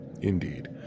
Indeed